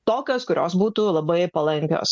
tokios kurios būtų labai palankios